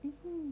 mmhmm